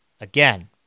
again